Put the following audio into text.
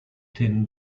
tin